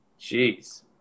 Jeez